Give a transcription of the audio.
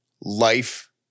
life